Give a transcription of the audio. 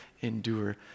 endure